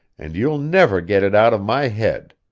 and you'll never get it out of my head.